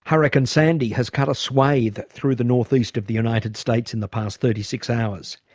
hurricane sandy has cut a swathe through the northeast of the united states in the past thirty six hours.